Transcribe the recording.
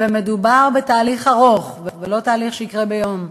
ומדובר בתהליך ארוך ולא תהליך שיקרה ביום,